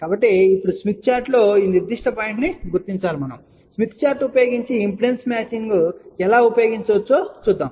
కాబట్టి ఇప్పుడు స్మిత్ చార్టులో ఈ నిర్దిష్ట పాయింట్ ను గుర్తించండి మరియు స్మిత్ చార్ట్ ఉపయోగించి ఇంపిడెన్స్ మ్యాచింగ్ కాన్సెప్ట్ను ఎలా ఉపయోగించవచ్చో చూద్దాం